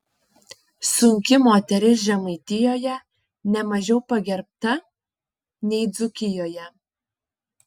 sunki moteris žemaitijoje ne mažiau pagerbta nei dzūkijoje